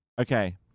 Okay